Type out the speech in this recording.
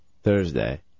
Thursday